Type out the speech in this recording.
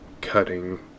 cutting